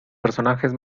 personajes